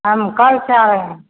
हम कल से आ रहे हैं